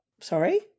Sorry